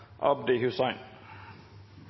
Abdi Hussein